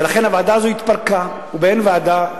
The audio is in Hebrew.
ולכן הוועדה הזאת התפרקה, ובאין ועדה,